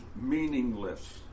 meaningless